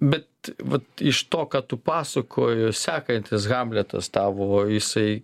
bet vat iš to ką tu pasakoji sekantis hamletas tavo jisai